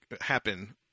happen